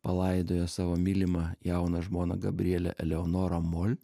palaidojo savo mylimą jauną žmoną gabrielę eleonorą mul